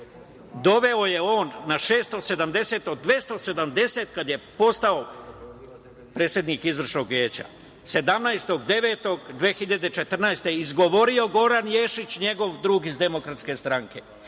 doveo je on na 670 od 270 kad je postao predsednik Izvršnog veća, 17.09.2014, izgovorio Goran Ješić, njegov drugi iz Demokratske stranke.